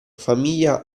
famiglia